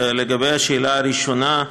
לגבי השאלה הראשונה,